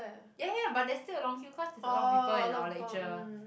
ya ya but there's still a long queue cause there's a lot of people in our lecture